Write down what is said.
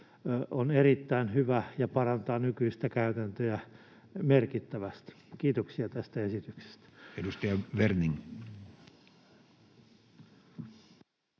on erittäin hyvä ja parantaa nykyistä käytäntöä merkittävästi. Kiitoksia tästä esityksestä. Edustaja Werning.